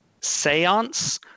seance